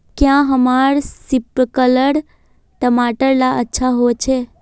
क्याँ हमार सिपकलर टमाटर ला अच्छा होछै?